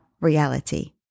reality